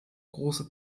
große